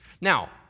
Now